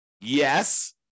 Yes